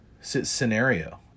scenario